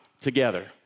together